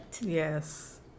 yes